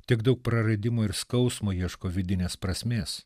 tiek daug praradimų ir skausmo ieško vidinės prasmės